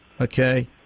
okay